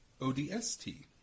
ODST